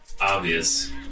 obvious